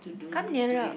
come nearer